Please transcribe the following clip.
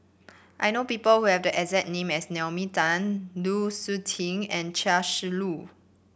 I know people who have the exact name as Naomi Tan Lu Suitin and Chia Shi Lu